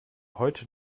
heute